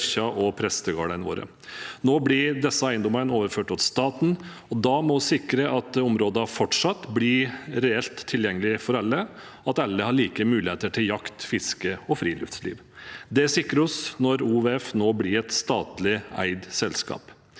og prestegårdene våre. Nå blir disse eiendommene overført til staten, og da må vi sikre at områdene fortsatt blir reelt tilgjengelig for alle, og at alle har like muligheter til jakt, fiske og friluftsliv. Det sikrer vi når OVF nå blir et statlig eid selskap.